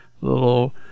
little